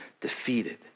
defeated